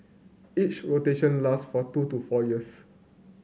each rotation last for two to four years